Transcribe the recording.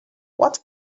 what